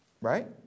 right